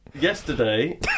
Yesterday